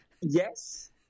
Yes